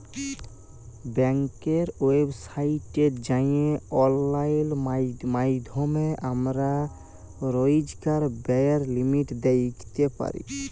ব্যাংকের ওয়েবসাইটে যাঁয়ে অললাইল মাইধ্যমে আমরা রইজকার ব্যায়ের লিমিট দ্যাইখতে পারি